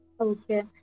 okay